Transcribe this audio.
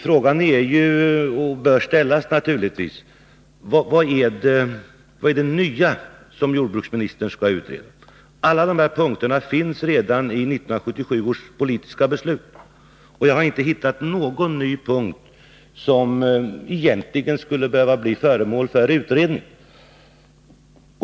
Frågan bör ju naturligtvis ställas: Vad är det nya som jordbruksministern skall utreda? Alla de här punkterna finns redan i 1977 års politiska beslut. Jag har inte hittat någon ny punkt som egentligen skulle behöva bli föremål för utredning.